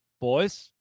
Boys